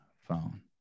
phone